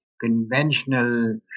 conventional